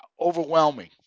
overwhelming